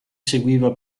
seguiva